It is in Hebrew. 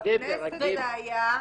בכנסת זה היה,